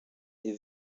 est